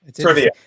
Trivia